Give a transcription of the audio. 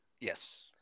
Yes